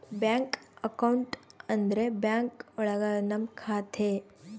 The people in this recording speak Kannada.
ಬ್ಯಾಂಕ್ ಅಕೌಂಟ್ ಅಂದ್ರೆ ಬ್ಯಾಂಕ್ ಒಳಗ ನಮ್ ಖಾತೆ